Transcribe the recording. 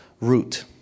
root